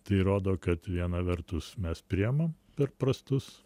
tai rodo kad viena vertus mes priimam per prastus